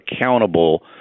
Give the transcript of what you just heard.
accountable